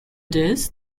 this